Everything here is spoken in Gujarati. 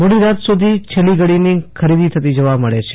મોડીરાત સુધી છેલ્લીની ઘડીની ખરીદી થતી જોવા મળે છે